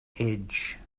edge